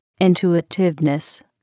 intuitiveness